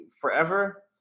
forever